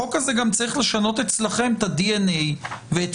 החוק הזה צריך לשנות אצלכם את הדנ"א ואת